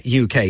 UK